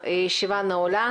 הישיבה נעולה.